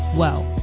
well,